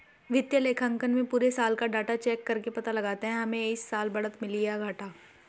वित्तीय लेखांकन में पुरे साल का डाटा चेक करके पता लगाते है हमे इस साल बढ़त मिली है या घाटा